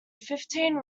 fifteen